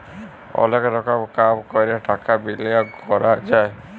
অলেক রকম কাম ক্যরে টাকা বিলিয়গ ক্যরা যায়